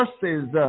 versus